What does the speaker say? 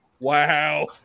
Wow